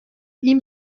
این